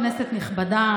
כנסת נכבדה,